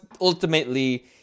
ultimately